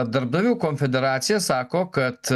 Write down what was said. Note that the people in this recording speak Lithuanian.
darbdavių konfederacija sako kad